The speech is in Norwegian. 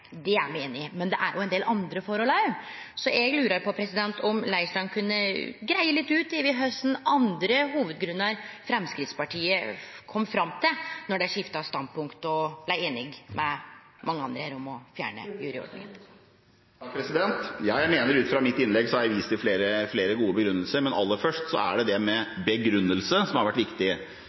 Det er me einig i. Men det er ein del andre forhold òg, så eg lurer på om representanten Leirstein kunne greie litt ut om kva for andre hovudgrunnar Framstegspartiet kom fram til då dei skifta standpunkt og blei einige med mange andre her om å fjerne juryordninga? Jeg mener at jeg i mitt innlegg har vist til flere gode grunner, men aller først er det det med begrunnelse som har vært viktig.